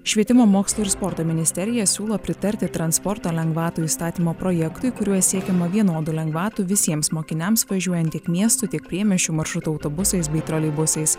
švietimo mokslo ir sporto ministerija siūlo pritarti transporto lengvatų įstatymo projektui kuriuo siekiama vienodų lengvatų visiems mokiniams važiuojant tiek miestų tiek priemiesčių maršrutų autobusais bei troleibusais